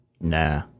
nah